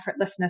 effortlessness